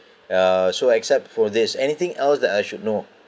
uh so except for this anything else that I should know